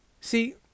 See